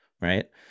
right